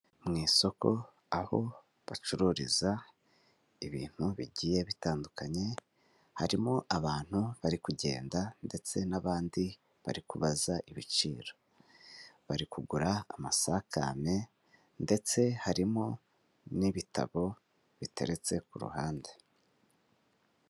Mu isoko aho bacururiza ibintu bigiye bitandukanye harimo abantu bari kugenda ndetse n'abandi bari kubabaza ibiciro bari kugura amasakame ndetse harimo n'ibitabo biteretse ku ruhande.